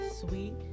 sweet